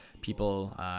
people